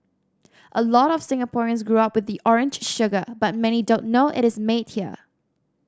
a lot of Singaporeans grow up with the orange sugar but many don't know it is made here